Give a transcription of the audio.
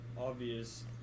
obvious